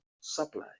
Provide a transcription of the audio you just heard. supply